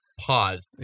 Pause